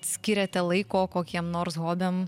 skiriate laiko kokiem nors hobiam